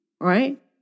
right